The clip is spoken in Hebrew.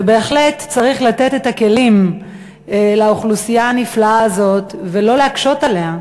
ובהחלט צריך לתת את הכלים לאוכלוסייה הנפלאה הזאת ולא להקשות עליה.